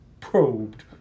probed